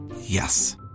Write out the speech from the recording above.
Yes